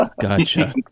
Gotcha